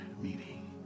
meeting